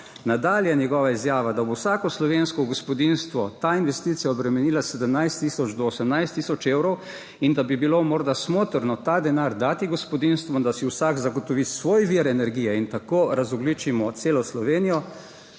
nadalje njegova izjava, da bo vsako slovensko gospodinjstvo ta investicija obremenila 17 tisoč do 18 tisoč evrov, in da bi bilo morda smotrno ta denar dati gospodinjstvom, da si vsak zagotovi svoj vir energije in tako razogljičimo celo Slovenijo,